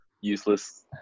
Useless